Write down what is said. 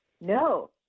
No